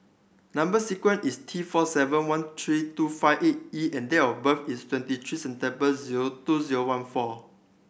number sequence is T four seven one three two five eight E and date of birth is twenty three September zero two zero one four